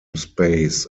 space